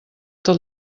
tot